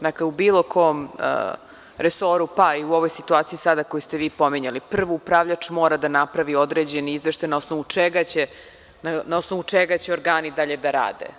Dakle, u bilo kom resoru, pa i u ovoj situaciji sada koju ste vi pominjali, prvo upravljač mora da napravi određeni izveštaj na osnovu čega će ograni dalje da rade.